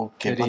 Okay